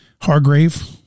Hargrave